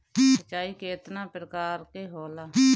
सिंचाई केतना प्रकार के होला?